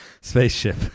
spaceship